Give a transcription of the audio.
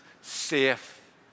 safe